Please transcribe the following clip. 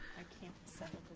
i can't settle